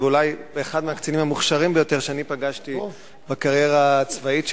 אולי על אחד הקצינים המוכשרים ביותר שאני פגשתי בקריירה הצבאית שלי,